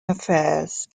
affairs